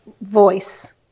voice